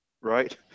right